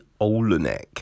Olenek